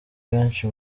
benshi